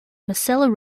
moselle